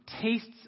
tastes